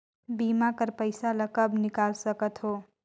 बीमा कर पइसा ला कब निकाल सकत हो?